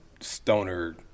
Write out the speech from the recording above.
stoner